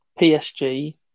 PSG